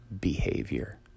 behavior